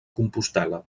compostel·la